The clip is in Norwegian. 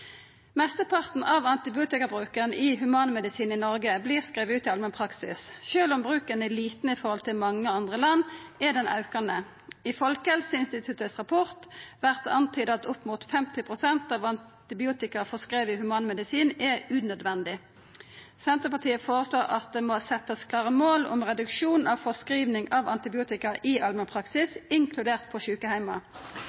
Mesteparten av antibiotikabruken i humanmedisin i Noreg vert skrive ut i allmennpraksis. Sjølv om bruken er liten i forhold til mange andre land, er han aukande. I Folkehelseinstituttets rapport vert det antyda at opp mot 50 pst. av antibiotika føreskrive i humanmedisin er unødvendig. Senterpartiet føreslår at det må setjast klare mål om reduksjon av føreskriving av antibiotika i allmennpraksis, inkludert på